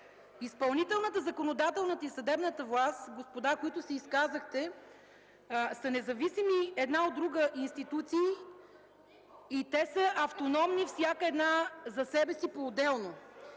Изпълнителната, законодателната и съдебната власт, господа, които се изказахте, са независими една от друга институции и са автономни всяка една за себе си поотделно.